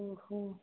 ओहो